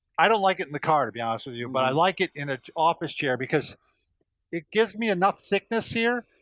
i don't like it in the car, to be honest with you, bob, but i like it in an office chair because it gives me enough thickness here,